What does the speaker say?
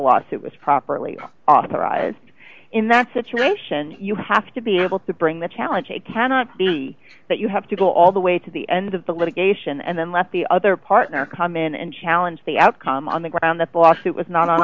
lawsuit was properly authorized in that situation you have to be able to bring the challenge it cannot be that you have to go all the way to the end of the litigation and then let the other partner come in and challenge the outcome on the ground that the lawsuit was not